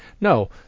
No